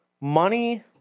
money